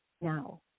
now